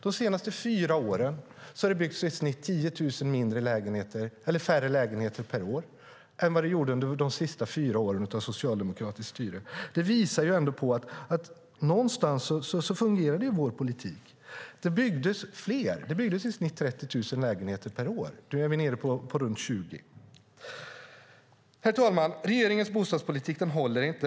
De senaste fyra åren har det i genomsnitt byggts 10 000 färre lägenheter per år än under de sista fyra åren av socialdemokratiskt styre. Det visar att vår politik fungerade. Det byggdes i snitt 30 000 lägenheter per år då, och nu är vi nere på runt 20 000. Herr talman! Regeringens bostadspolitik håller inte.